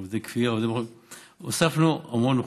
עובדי כפייה הוספנו המון אוכלוסיות,